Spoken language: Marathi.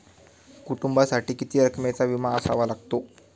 कुटुंबासाठी किती रकमेचा विमा असावा लागतो?